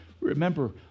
Remember